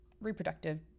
reproductive